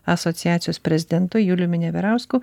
asociacijos prezidentu juliumi neverausku